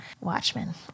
Watchmen